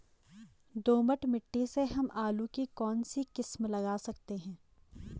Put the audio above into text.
दोमट मिट्टी में हम आलू की कौन सी किस्म लगा सकते हैं?